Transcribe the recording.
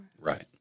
Right